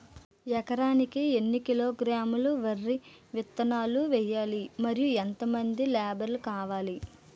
ఎకరానికి ఎన్ని కిలోగ్రాములు వరి విత్తనాలు వేయాలి? మరియు ఎంత మంది లేబర్ కావాలి?